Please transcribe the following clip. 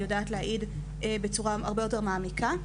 יודעת להעיד בצורה הרבה יותר מעמיקה.